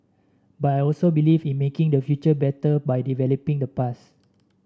but I also believe in making the future better by developing the past